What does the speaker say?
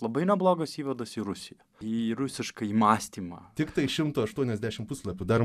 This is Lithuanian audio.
labai neblogas įvadas į rusiją į rusiškąjį mąstymą tiktai šimto aštuoniasdešimt puslapių dar